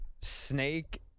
snake